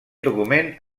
document